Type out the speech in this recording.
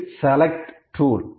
இது select tool